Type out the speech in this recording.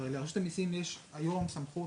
הרי לרשות המיסים יש היום סמכות,